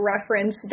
reference